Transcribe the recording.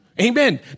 Amen